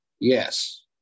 Yes